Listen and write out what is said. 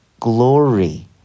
Glory